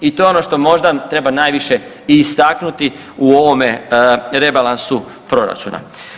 I to je ono što možda treba najviše i istaknuti u ovome rebalansu proračuna.